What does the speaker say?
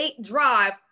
drive